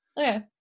Okay